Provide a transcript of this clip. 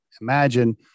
Imagine